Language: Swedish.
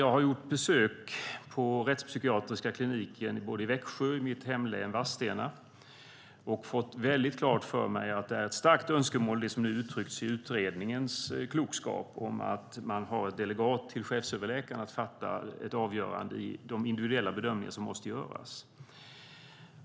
Jag har besökt rättspsykiatriska kliniker både i Växjö och i Vadstena i mitt hemlän, och jag har fått väldigt klart för mig att det finns ett starkt önskemål om det som nu uttryckts i utredningen om att man har delegat till chefsöverläkaren att fälla ett avgörande i de individuella bedömningar som måste göras.